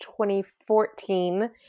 2014